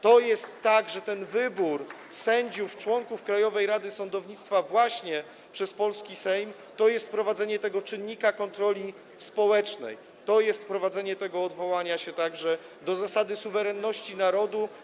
To jest tak, że wybór sędziów na członków Krajowej Rady Sądownictwa właśnie przez polski Sejm jest wprowadzeniem czynnika kontroli społecznej, jest wprowadzeniem odwołania się także do zasady suwerenności narodu.